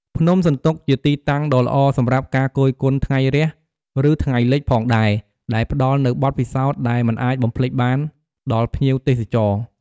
ភ្នំសន្ទុកជាទីតាំងដ៏ល្អសម្រាប់ការគយគន់ថ្ងៃរះឬថ្ងៃលិចផងដែរ ដែលផ្តល់នូវបទពិសោធន៍ដែលមិនអាចបំភ្លេចបានដល់ភ្ញៀវទេសចរ។